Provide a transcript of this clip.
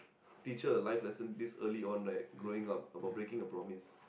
teach her a life lesson this early on right growing up about breaking a promise